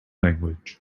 language